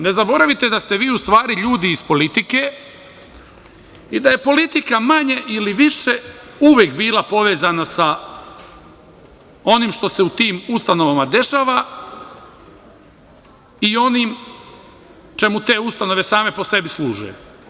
Ne zaboravite da ste vi u stvari ljudi iz politike i da je politika manje ili više uvek bila povezana sa onim što se u tim ustanovama dešava i onim čemu te ustanove same po sebi služe.